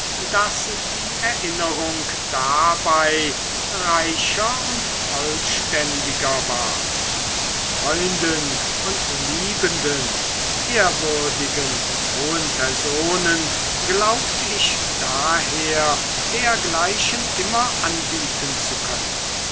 daß die erinnerung dabei reicher und vollständiger war freunden und liebenden ehrwürdigen und hohen personen glaubt ich daher dergleichen immer anbieten zu können